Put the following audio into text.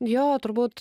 jo turbūt